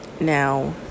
Now